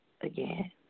again